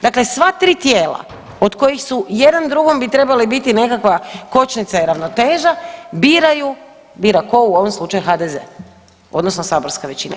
Dakle, sva tri tijela od kojih su jedan drugom bi trebale biti nekakva kočnica i ravnoteža, biraju, bira tko, u ovom slučaju HDZ odnosno saborska većina.